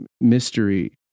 mystery